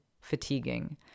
fatiguing